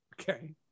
Okay